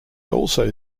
also